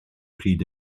pryd